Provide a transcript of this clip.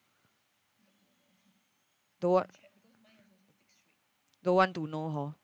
don't wa~ don't want to know hor